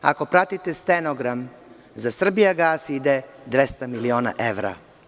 Ako pratite stenogram za „Srbijagas“ ide 200 miliona evra.